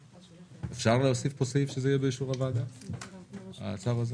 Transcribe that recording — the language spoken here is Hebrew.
אפשר להוסיף פה שהצו הזה